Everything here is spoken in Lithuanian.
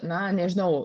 na nežinau